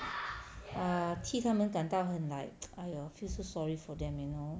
err 替他们感到很 like !aiyo! you feel sorry for them you know